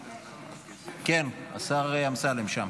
כן, השר אמסלם שם.